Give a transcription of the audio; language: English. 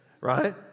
Right